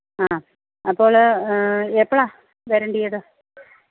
ആ അപ്പോൾ എപ്പോഴാണ് വരേണ്ടിയത്